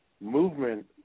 Movement